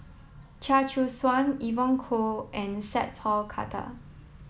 Chia Choo Suan Evon Kow and Sat Pal Khattar